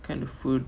kind of food